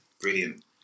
brilliant